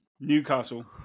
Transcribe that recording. Newcastle